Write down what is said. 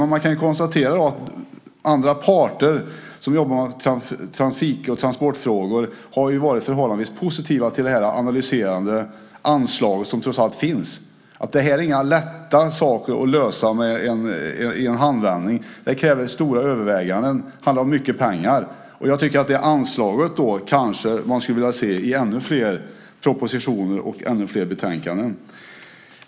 Men man kan ju konstatera att andra parter som jobbar med trafik och transportfrågor har varit förhållandevis positiva till det analyserande anslag som trots allt finns. Det här är inga saker som man löser i en handvändning. Det kräver stora överväganden och handlar om mycket pengar. Det här anslaget skulle man vilja se i ännu fler propositioner och ännu fler betänkanden.